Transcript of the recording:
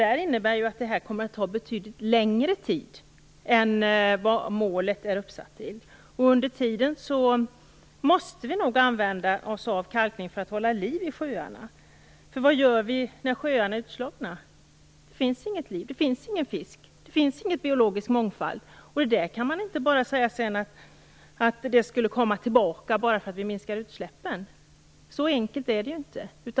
Det innebär att detta kommer att ta betydligt längre tid än vad som sägs i det uppsatta målet. Under tiden måste vi nog använda oss av kalkning för att hålla liv i sjöarna. För vad gör vi när sjöarna är utslagna? Då finns det inget liv, ingen fisk, ingen biologisk mångfald. Man kan inte bara säga att allt kommer tillbaka bara vi minskar utsläppen. Så enkelt är det ju inte.